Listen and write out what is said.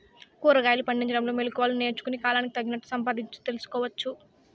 కూరగాయలు పండించడంలో మెళకువలు నేర్చుకుని, కాలానికి తగినట్లు సంపాదించు తెలుసుకోవచ్చు